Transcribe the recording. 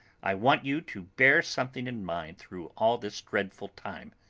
i want you to bear something in mind through all this dreadful time.